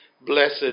Blessed